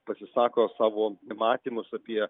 pasisako savo matymus apie